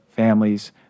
families